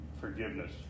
forgiveness